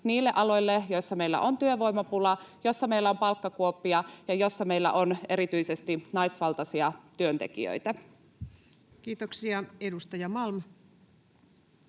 niille aloille, joilla meillä on työvoimapula, joilla meillä on palkkakuoppia ja joilla meillä on erityisesti naisvaltaisia työntekijöitä. [Speech 11] Speaker: